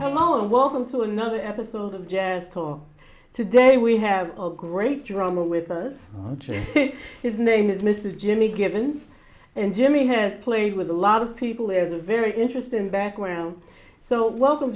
hello and welcome to another episode of jazz call today we have a great drummer with us his name is mrs jimmy given and jimmy has played with a lot of people is a very interesting background so welcome